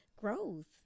growth